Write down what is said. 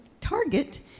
Target